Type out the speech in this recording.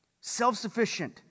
self-sufficient